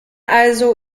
also